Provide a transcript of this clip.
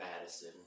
Madison